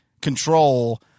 control